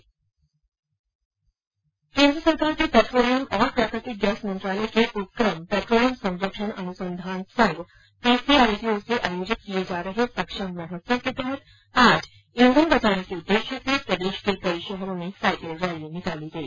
केन्द्र सरकार के पेट्रोलियम और प्राकृतिक गैस मंत्रालय के उपकम पेट्रोलियम संरक्षण अनुसंधान संघ पीसीआरए की ओर से आयोजित किए जा रहे सक्षम महोत्सव के तहत आज ईंधन बचाने के उद्देश्य से प्रदेश के कई शहरों में साइकिल रैली निकाली गई